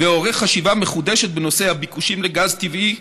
ועורך חשיבה מחודשת בנושא הביקושים לגז טבעי,